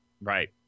Right